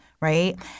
right